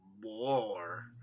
more